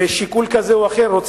בשיקול כזה או אחר,